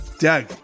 Doug